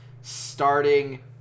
starting